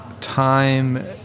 time